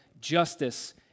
justice